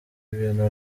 ibintu